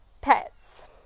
pets